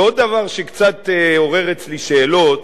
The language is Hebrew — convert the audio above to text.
ועוד דבר שקצת עורר אצלי שאלות,